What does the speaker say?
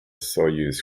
soyuz